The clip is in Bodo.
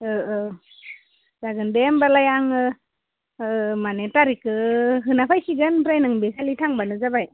ओ ओ जागोन दे होमब्लालाय आङो ओ माने थारिखखो होना फैसिगोन ओमफ्राय नों बेखालि थांब्लानो जाबाय